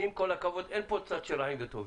עם כל הכבוד, אין כאן צד של רעים וטובים.